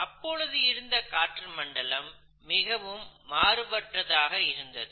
அப்பொழுது இருந்த காற்றுமண்டலம் மிகவும் மாறுபட்டதாக இருந்தது